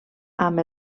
amb